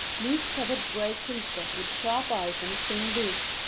loose-feathered gray creature with sharp eyes and a thin beak,